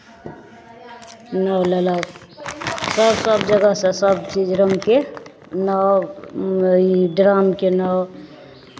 नाओ लेलक सभ सभजगहसँ सभचीज रङ्गके नाओ ई ड्रामके नाओ